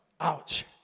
ouch